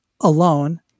alone